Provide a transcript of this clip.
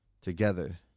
together